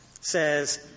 says